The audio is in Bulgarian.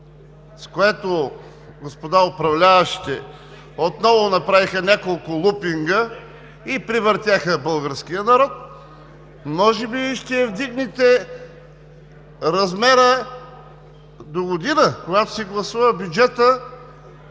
с което господа управляващите отново направиха няколко лупинга и превъртяха българския народ, може би ще вдигнете размера догодина, когато се гласува бюджета